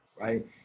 right